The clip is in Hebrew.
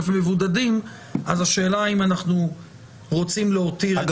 מבודדים אז השאלה אם אנחנו רוצים --- נכון.